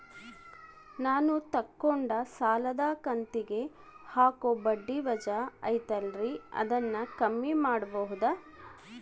ನಾನು ತಗೊಂಡ ಸಾಲದ ಕಂತಿಗೆ ಹಾಕೋ ಬಡ್ಡಿ ವಜಾ ಐತಲ್ರಿ ಅದನ್ನ ಕಮ್ಮಿ ಮಾಡಕೋಬಹುದಾ?